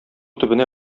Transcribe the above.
төбенә